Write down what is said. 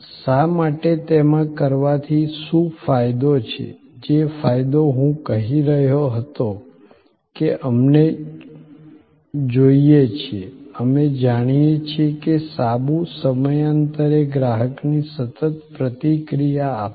શા માટે તેમાં કરવાથી શું ફાયદો છે જે ફાયદો હું કહી રહ્યો હતો કે અમને જોઈએ છે અમે જાણીએ છીએ કે સાબુ સમયાંતરે ગ્રાહકની સતત પ્રતિક્રિયા આપશે